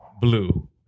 blue